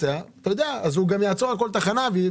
הוא גם יעצור בכל תחנה.